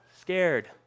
scared